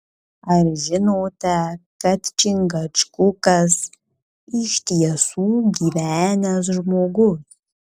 ar žinote kad čingačgukas iš tiesų gyvenęs žmogus